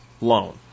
loan